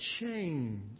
change